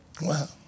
Wow